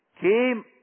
came